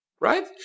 Right